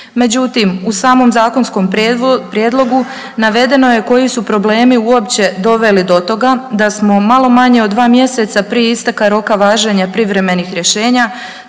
Međutim, u samom zakonskom prijedlogu navedeno je koji su problemi uopće doveli do toga da smo malo manje od dva mjeseca prije isteka roka važenja privremenih rješenja